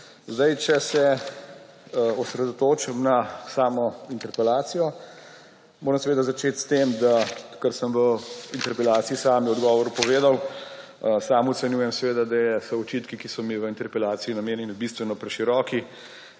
Če se osredotočim na samo interpelacijo, moram seveda začeti s tem, da odkar sem v interpelaciji sami v odgovoru povedal, sam ocenjujem, da so očitki, ki so mi v interpelaciji namenjeni, bistveno preširoki.